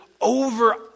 over